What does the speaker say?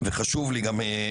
וחשוב לי גם,